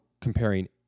comparing